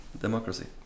democracy